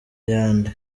yandi